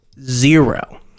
zero